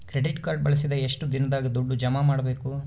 Credit card ಬಳಸಿದ ಎಷ್ಟು ದಿನದಾಗ ದುಡ್ಡು ಜಮಾ ಮಾಡ್ಬೇಕು?